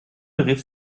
rief